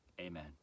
amen